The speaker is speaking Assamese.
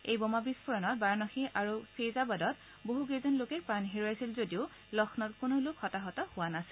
এই বোমা বিস্ফোৰণত বাৰাণসী আৰু ফেইজাবাদত বহুকেইজন লোকে প্ৰাণ হেৰুৱাইছিল যদিও লক্ষ্ণৌত কোনো লোক হতাহত হোৱা নাছিল